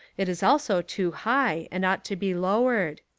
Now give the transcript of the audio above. it is also too high and ought to be lowered.